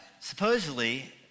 Supposedly